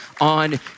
on